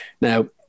Now